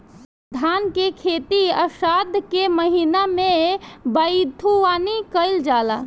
धान के खेती आषाढ़ के महीना में बइठुअनी कइल जाला?